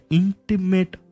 intimate